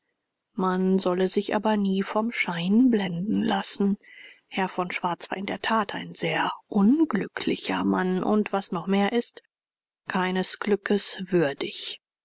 man soll sich aber nie vom schein blenden lassen herr von schwarz war in der tat ein sehr unglücklicher mann und was noch mehr ist keines glückes würdig